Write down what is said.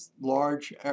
large